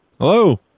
Hello